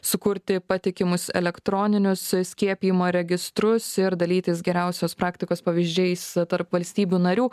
sukurti patikimus elektroninius skiepijimo registrus ir dalytis geriausios praktikos pavyzdžiais tarp valstybių narių